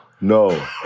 No